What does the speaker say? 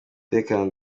umutekano